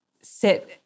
sit